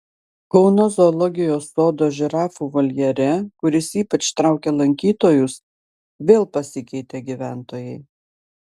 kauno zoologijos sodo žirafų voljere kuris ypač traukia lankytojus vėl pasikeitė gyventojai